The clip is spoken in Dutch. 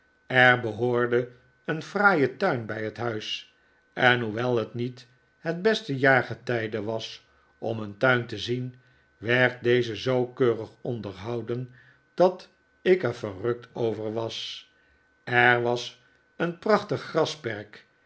er behoorde een fraaie tuin bij het huis en hoewel het niet het beste jaargetijde was om een tuin te zien werd deze zoo keurig onderhouden dat ik er verrukt over was er was een prachtig grasperk